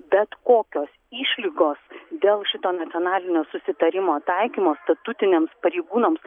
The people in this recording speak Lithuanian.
bet kokios išlygos dėl šito nacionalinio susitarimo taikymo statutiniams pareigūnams